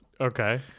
Okay